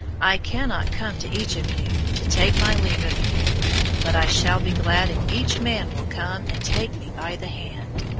i cannot come to each of you to take my leave of you but i shall be glad if each man will come and take me by the hand.